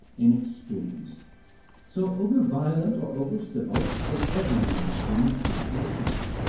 in extremes so over violent or over civil that every man with him was god or devil.